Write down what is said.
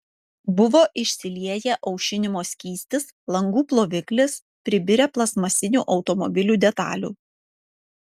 buvo išsilieję aušinimo skystis langų ploviklis pribirę plastmasinių automobilių detalių